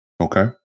Okay